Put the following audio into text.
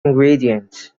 ingredients